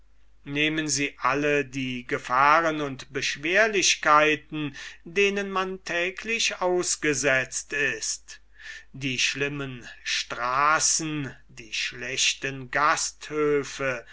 nehmen sie alle die gefahren und beschwerlichkeiten denen man täglich ausgesetzt ist die schlimmen straßen die schlechten